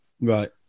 Right